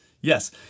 Yes